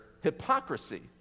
hypocrisy